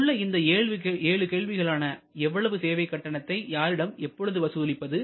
இங்கு உள்ள இந்த ஏழு கேள்விகளான எவ்வளவு சேவை கட்டணத்தை யாரிடம் எப்பொழுது வசூலிப்பது